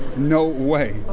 no way.